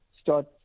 start